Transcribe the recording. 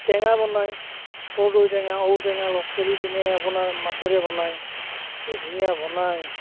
টেঙা বনায় কৰদৈ টেঙা ঔটেঙা লগ কৰি কিনে আপোনাৰ মাছেৰে বনায় কি ধুনীয়া বনায়